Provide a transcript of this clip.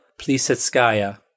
Plisetskaya